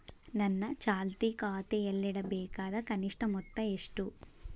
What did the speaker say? ನನ್ನ ಚಾಲ್ತಿ ಖಾತೆಯಲ್ಲಿಡಬೇಕಾದ ಕನಿಷ್ಟ ಮೊತ್ತ ಎಷ್ಟು?